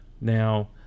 now